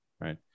Right